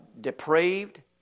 depraved